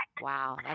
wow